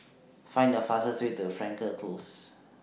Find The fastest Way to Frankel Close